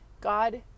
God